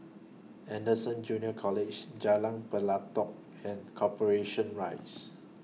Anderson Junior College Jalan Pelatok and Corporation Rise